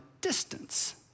distance